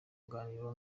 ruganiriro